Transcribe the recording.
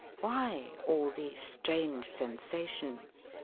why all these strange sensations?